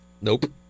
Nope